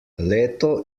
leto